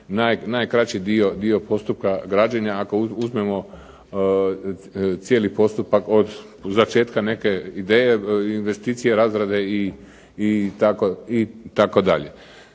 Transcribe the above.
najkraći dio postupka građenja ako uzmemo cijeli postupak od začetka neke ideje, investicije, razrade itd.